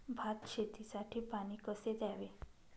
भात शेतीसाठी पाणी कसे द्यावे?